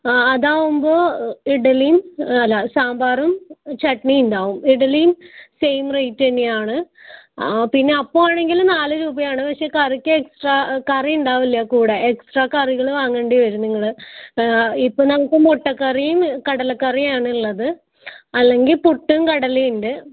ആ അതാവുമ്പോൾ ഇഡലിയും അല്ല സാമ്പാറും ചട്നിയും ഉണ്ടാവും ഇഡലിയും സെയിം റേറ്റ് തന്നെയാണ് പിന്നെ അപ്പം ആണെങ്കിൽ നാല് രൂപയാണ് പക്ഷേ കറിക്ക് എക്സ്ട്രാ കറി ഉണ്ടാവില്ല കൂടെ എക്സ്ട്രാ കറികൾ വാങ്ങേണ്ടിവരും നിങ്ങൾ ഇപ്പോൾ നമുക്ക് മുട്ടക്കറിയും കടലക്കറിയും ആണുള്ളത് അല്ലെങ്കിൽ പുട്ടും കടലയും ഉണ്ട്